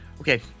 Okay